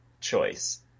choice